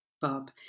Bob